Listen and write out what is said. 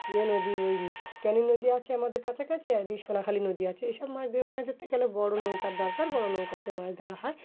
যে নদী ওই ক্যানিং নদী আছে আমাদের কাছাকাছি আরদি সোনাখালী নদী আছে এইসব মাছ মাছ ধরতে গেলে বড়ো নৌকার দরকার বড়ো নৌকাতে মাছ ধরা হয়